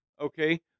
okay